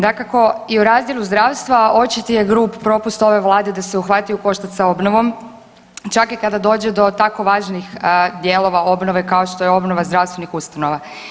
Dakako i u razdjelu zdravstva očiti je grub propust ove vlade da se uhvati u koštac sa obnovom, čak i kada dođe do tako važnih dijelova obnove kao što je obnova zdravstvenih ustanova.